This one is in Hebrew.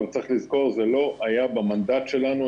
אבל צריך לזכור זה לא היה במנדט שלנו.